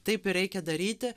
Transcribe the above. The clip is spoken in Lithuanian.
taip ir reikia daryti